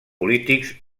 polítics